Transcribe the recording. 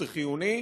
זה חיוני,